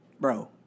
Bro